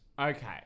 okay